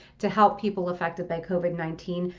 to help people affected by covid nineteen,